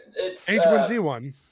h1z1